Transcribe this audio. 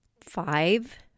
five